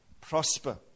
prosper